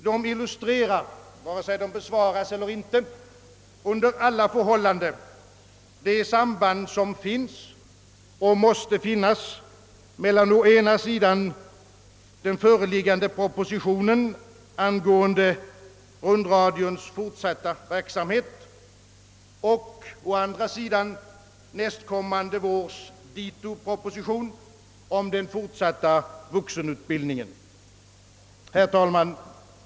De illustrerar — vare sig de besvaras eller ej — det samband som finns och måste finnas mellan å ena sidan den föreliggande propositionen angående rundradions fortsatta verksamhet och å andra sidan nästkommande vårs proposition om den fortsatta vuxenutbildningen. Herr talman!